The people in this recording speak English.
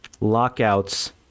lockouts